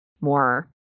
more